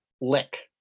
lick